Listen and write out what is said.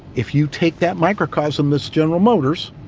if you take that microcosm, this general motors,